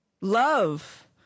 Love